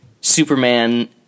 Superman